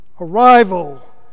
arrival